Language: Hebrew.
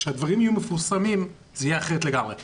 כשהדברים יפורסמו זה יהיה אחרת לגמרי.